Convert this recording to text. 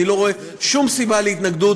אני לא רואה שום סיבה להתנגדות,